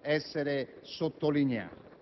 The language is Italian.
il collega Buttiglione